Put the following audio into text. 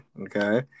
Okay